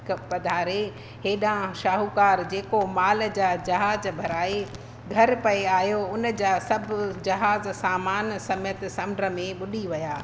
पधारे हेॾा शाहूकारु जेको माल जा जहाज भराए घर पिया आहियो उन जा सभु जहाज सामान समेत समुंड में ॿुॾी विया